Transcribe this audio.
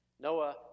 Noah